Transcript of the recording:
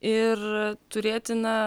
ir turėti na